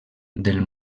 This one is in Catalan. del